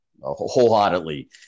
wholeheartedly